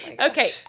okay